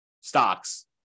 stocks